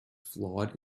flawed